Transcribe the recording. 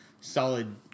solid